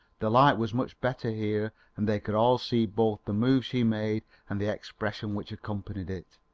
the light was much better here and they could all see both the move she made and the expression which accompanied it.